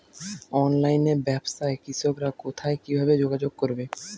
অনলাইনে ব্যবসায় কৃষকরা কোথায় কিভাবে যোগাযোগ করবে?